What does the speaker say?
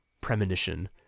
premonition